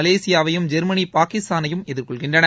மலேசியாவையும் Germany பாகிஸ்தானையும் எதிர்கொள்கின்றன